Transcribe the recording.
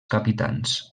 capitans